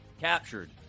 captured